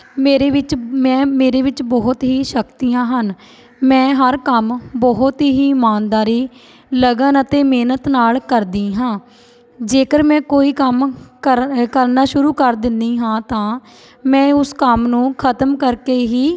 ਮੇਰੇ ਵਿੱਚ ਮੈਂ ਮੇਰੇ ਵਿੱਚ ਬਹੁਤ ਹੀ ਸ਼ਕਤੀਆਂ ਹਨ ਮੈਂ ਹਰ ਕੰਮ ਬਹੁਤ ਹੀ ਇਮਾਨਦਾਰੀ ਲਗਨ ਅਤੇ ਮਿਹਨਤ ਨਾਲ ਕਰਦੀ ਹਾਂ ਜੇਕਰ ਮੈਂ ਕੋਈ ਕੰਮ ਕਰ ਕਰਨਾ ਸ਼ੁਰੂ ਕਰ ਦਿੰਦੀ ਹਾਂ ਤਾਂ ਮੈਂ ਉਸ ਕੰਮ ਨੂੰ ਖ਼ਤਮ ਕਰਕੇ ਹੀ